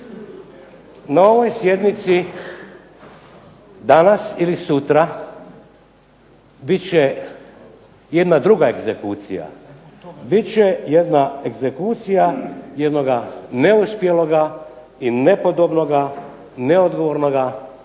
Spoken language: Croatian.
na ovoj sjednici danas ili sutra bit će jedna druga egzekucija, bit će jedna egzekucija jednoga neuspjeloga i nepodobnoga, neodgovornoga